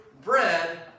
bread